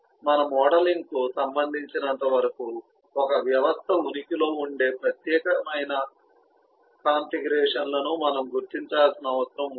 మన మోడలింగ్కు సంబంధించినంతవరకు ఒక వ్యవస్థ ఉనికిలో ఉండే ప్రత్యేకమైన కాన్ఫిగరేషన్లను మనం గుర్తించాల్సిన అవసరం ఉంది